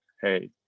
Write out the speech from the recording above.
Hey